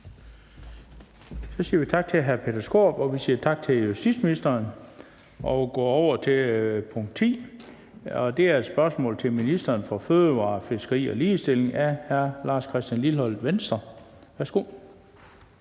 Så siger vi tak til hr. Peter Skaarup, og vi siger tak til justitsministeren. Så går vi over til spørgsmål nr. 10 på dagsordenen, og det er et spørgsmål til ministeren for fødevarer, fiskeri og ligestilling af hr. Lars Christian Lilleholt, Venstre. Kl.